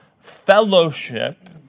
fellowship